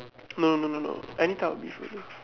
no no no no no any type of beef also